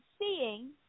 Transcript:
seeing